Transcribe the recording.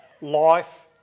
life